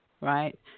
right